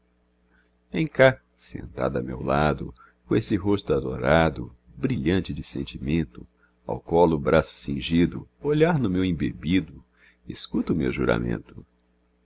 vem cá sentada a meu lado com esse rosto adorado brilhante de sentimento ao colo o braço cingido olhar no meu embebido escuta o meu juramento